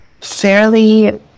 fairly